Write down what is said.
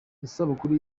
isabukuru